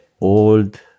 old